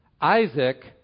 Isaac